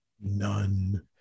None